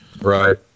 right